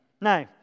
Now